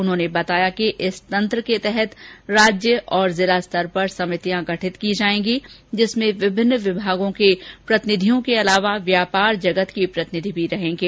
उन्होंने बताया कि इस तंत्र के तहत राज्य स्तर और जिला स्तर पर समितियां गठित की जायेंगी जिसमें विभिन्न विभागों के प्रतिनिधियों के अलावा व्यापार जगत के प्रतिनिधि भी रहेंगे